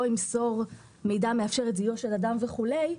ימסור מידע המאפשר זיהויו של אדם וכולי,